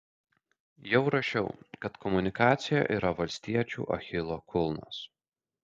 jau rašiau kad komunikacija yra valstiečių achilo kulnas